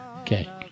Okay